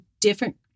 different